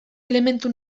elementu